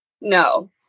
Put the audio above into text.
No